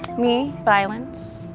me violent,